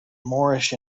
moorish